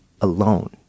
alone